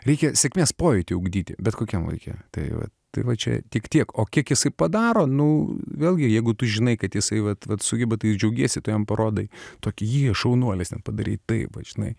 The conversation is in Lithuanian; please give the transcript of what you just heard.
veikia sėkmės pojūtį ugdyti bet kokiame laike tai tai va čia tik tiek o kiek jisai padaro nu vėlgi jeigu tu žinai kad jisai vat vat sugeba tai džiaugiesi tu jam parodai tokį jį šaunuolį ten padarei taip vat žinai